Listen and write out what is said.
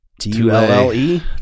T-U-L-L-E